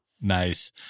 Nice